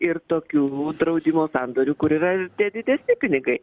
ir tokių draudimo sandorių kur yra ir tie didesni pinigai